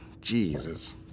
Jesus